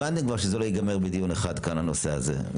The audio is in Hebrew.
הבנתם כבר שזה לא ייגמר בדיון אחד כאן, הנושא הזה.